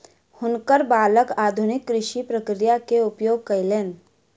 हुनकर बालक आधुनिक कृषि प्रक्रिया के उपयोग कयलैन